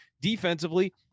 defensively